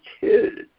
kids